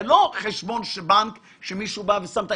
זה לא חשבון בנק שמישהו שם.